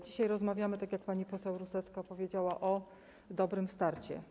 Dzisiaj rozmawiamy, tak jak pani poseł Rusecka powiedziała, o „Dobrym starcie”